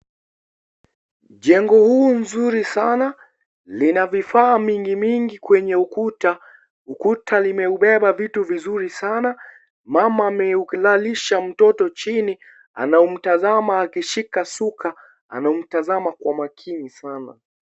Jengo huu mzuri sana lina vifaa mingi mingi kwenye ukuta, ukuta limeubeba vitu vizuri Sana. Mama ameulalisha mtoto chini, anaumtazama akishika shuka, anamtazama kwa makini sana.